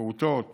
לפעוטות